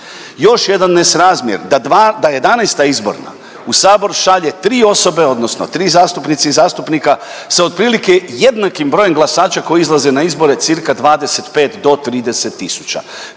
Još jedan nesrazmjer da 11. izborna u Sabor šalje tri osobe, odnosno tri zastupnice i zastupnika sa otprilike jednakim brojem glasača koji izlaze na izbore cirka 25 do 30000.